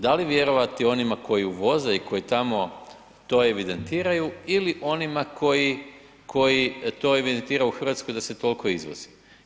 Da li vjerovati onima koji uvoze i koji tamo to evidentiraju ili onima koji to evidentiraju u Hrvatskoj da se toliko izvozi.